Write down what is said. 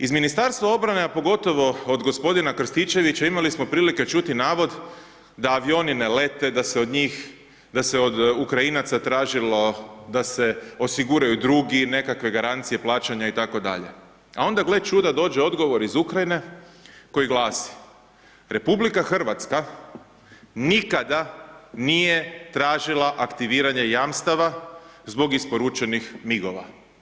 Iz Ministarstva obrane a pogotovo od g. Krstičevića imali smo prilike čuti navod da avione ne lete, da se od Ukrajinaca tražilo da se osiguraju drugi, nekakve garancije, plaćanja itd., a onda gle čuda, dođe odgovor iz Ukrajine koji glasi RH nikada nije tražila aktiviranje jamstava zbog isporučenih MIG-ova.